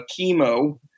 chemo